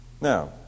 Now